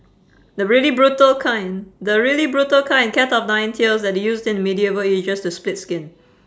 the really brutal kind the really brutal kind cat of nine tails that they used in medieval ages to split skin